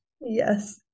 Yes